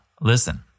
listen